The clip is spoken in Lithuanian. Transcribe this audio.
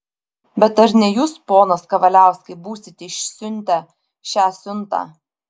bet ar ne jūs ponas kavaliauskai būsite išsiuntę šią siuntą